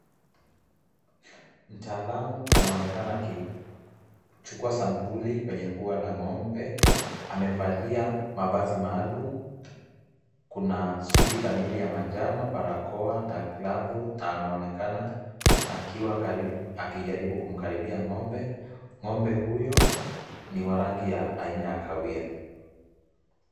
Mtaalamu anaonekana akichukua sampuli kwenye pua la ng'ombe. Amevalia mavazi maalum. Kuna suti kamili ya manjano, barakoa na glavu na anaonekana akiwa karibu akijaribu kumkaribia ng'ombe. Ng'ombe huyo ni wa rangi ya aina ya kahawia.